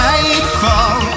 Nightfall